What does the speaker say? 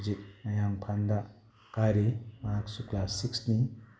ꯍꯧꯖꯤꯛ ꯃꯌꯥꯡ ꯏꯝꯐꯥꯟꯜꯗ ꯀꯥꯔꯤ ꯃꯍꯥꯛꯁꯨ ꯀ꯭ꯂꯥꯁ ꯁꯤꯛꯁꯅꯤ